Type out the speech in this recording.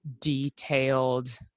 detailed